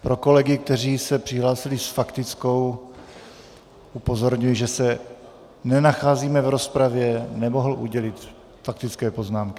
Pro kolegy, kteří se přihlásili s faktickou, upozorňuji, že se nenacházíme v rozpravě, nemohu udělit faktické poznámky.